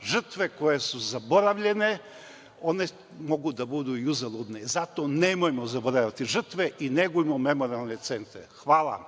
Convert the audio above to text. žrtve koje su zaboravljene one mogu da budu i uzaludne, zato nemojmo zaboravljati žrtve, negujmo memorijalne centre. Hvala.